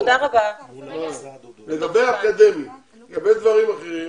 נקבל תשובה תוך חודש.